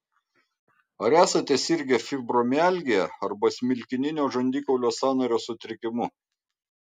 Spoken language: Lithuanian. ar esate sirgę fibromialgija arba smilkininio žandikaulio sąnario sutrikimu